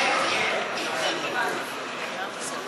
הציוני לסעיף